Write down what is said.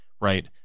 right